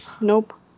Nope